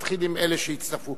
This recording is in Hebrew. נתחיל עם אלה שהצטרפו.